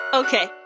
okay